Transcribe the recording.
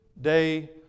day